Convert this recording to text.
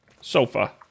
Sofa